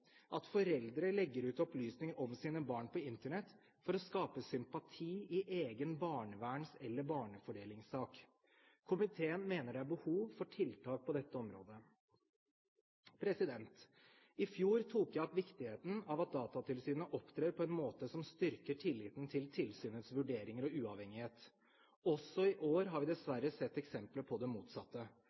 At foreldre legger ut opplysninger om sine barn på Internett for å skape sympati i egen barneverns- eller barnefordelingssak. Komiteen mener det er behov for tiltak på dette området. I fjor tok jeg opp viktigheten av at Datatilsynet opptrer på en måte som styrker tilliten til tilsynets vurderinger og uavhengighet. Også i år har vi dessverre sett eksempler på det motsatte.